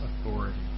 authority